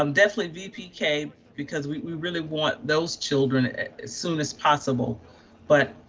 um definitely vpk because we really want those children as soon as possible but